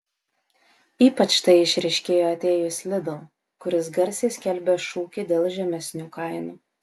ypač tai išryškėjo atėjus lidl kuris garsiai skelbė šūkį dėl žemesnių kainų